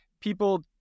people